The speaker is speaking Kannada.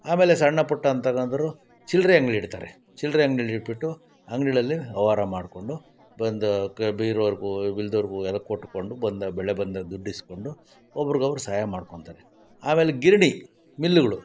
ಆಮೇಲೆ ಸಣ್ಣ ಪುಟ್ಟ ಅಂತೇನಾದ್ರು ಚಿಲ್ಲರೆ ಅಂಗಡಿ ಇಡ್ತಾರೆ ಚಿಲ್ಲರೆ ಅಂಗ್ಡಿನ ಇಟ್ಟುಬಿಟ್ಟು ಅಂಗಡಿಗಳಲ್ಲಿ ವ್ಯವಹಾರ ಮಾಡಿಕೊಂಡು ಬಂದು ಇರೋರಿಗೂ ಇಲ್ಲದೋರ್ಗೂ ಎಲ್ಲ ಕೊಟ್ಟುಕೊಂಡು ಬಂದ ಬೆಳೆ ಬಂದದ್ದು ದುಡ್ಡು ಇಸ್ಕೊಂಡು ಒಬ್ರಿಗೊಬ್ರು ಸಹಾಯ ಮಾಡ್ಕೋತಾರೆ ಆಮೇಲೆ ಗಿರಣಿ ಮಿಲ್ಲುಗಳು